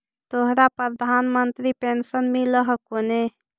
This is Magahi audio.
तोहरा प्रधानमंत्री पेन्शन मिल हको ने?